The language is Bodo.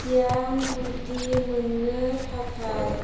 गियान गुदि मोननो थाखाय